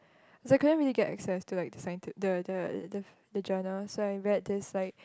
cause I couldn't really get access to like the scienti~ the the the the journal so I read this like